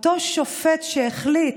אותו שופט שהחליט,